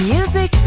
Music